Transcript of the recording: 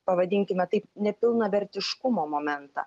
pavadinkime tai nepilnavertiškumo momentą